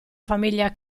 famiglia